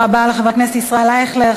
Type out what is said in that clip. תודה רבה לחבר הכנסת ישראל אייכלר.